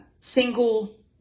single